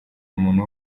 umuntu